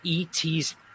ET's